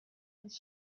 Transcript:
his